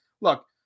Look